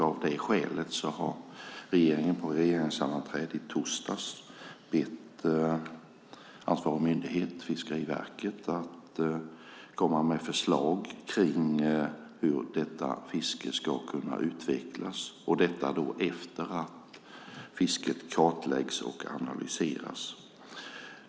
Av det skälet har regeringen på regeringssammanträdet i torsdags bett ansvarig myndighet, Fiskeriverket, att komma med förslag på hur detta fiske ska kunna utvecklas - detta efter det att fisket har kartlagts och analyserats.